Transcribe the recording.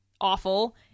awful